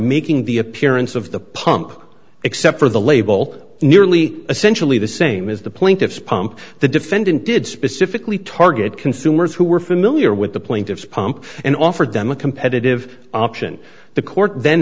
making the appearance of the pump except for the label nearly essentially the same as the plaintiffs pump the defendant did specifically target consumers who were familiar with the plaintiff's pump and offered them a competitive option the court then